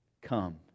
Come